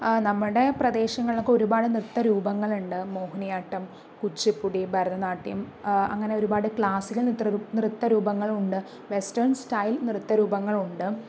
നമ്മുടെ പ്രദേശങ്ങളിലൊക്കെ ഒരുപാട് നൃത്ത രൂപങ്ങളുണ്ട് മോഹിനിയാട്ടം കുച്ചിപ്പുടി ഭരതനാട്യം അങ്ങനെ ഒരുപാട് ക്ലാസ്സിക്കൽ നൃത്ത രൂപങ്ങള് ഉണ്ട് വെസ്റ്റേണ് സ്റ്റൈല് നൃത്ത രൂപങ്ങളുണ്ട്